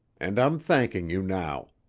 and i'm thanking you now.